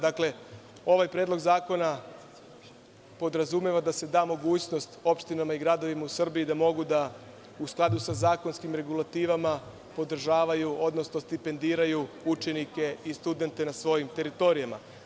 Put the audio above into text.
Dakle, ovaj predlog zakona podrazumeva da se da mogućnost opštinama i gradovima u Srbiji da mogu da u skladu sa zakonskim regulativama podržavaju, odnosno stipendiraju učenike i studente na svojim teritorijama.